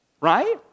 right